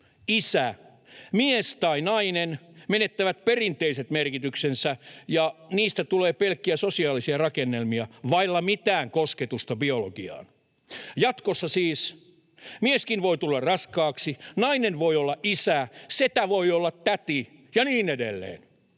”isä”, ”mies” ja ”nainen” menettävät perinteiset merkityksensä, ja niistä tulee pelkkiä sosiaalisia rakennelmia vailla mitään kosketusta biologiaan. Jatkossa siis mieskin voi tulla raskaaksi, nainen voi olla isä, setä voi olla täti, ja niin edelleen.